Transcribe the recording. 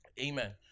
Amen